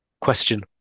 Question